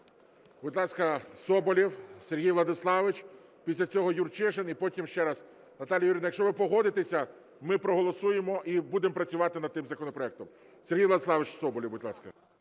Будь ласка, Соболєв Сергій Владиславович, після цього Юрчишин і потім ще раз, Наталія Юріївна, якщо ви погодитеся, ми проголосуємо і будемо працювати над тим законопроектом. Сергій Владиславович Соболєв, будь ласка.